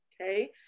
Okay